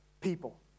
people